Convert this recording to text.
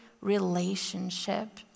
relationship